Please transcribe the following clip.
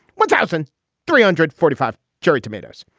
one thousand three hundred forty five cherry tomatoes.